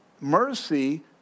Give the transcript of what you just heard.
Mercy